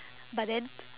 but then